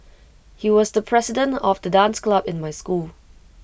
he was the president of the dance club in my school